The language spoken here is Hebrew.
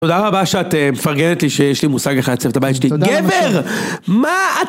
תודה רבה שאת מפרגנת לי שיש לי מושג לך לצוות הבית שלי גבר! מה את...